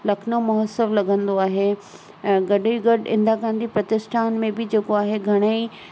लखनऊ महोत्सव लॻंदो आहे ऐं गॾु ई गॾु इंद्रां गांधी प्रतिष्ठान में जेको आहे घणेई